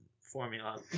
formula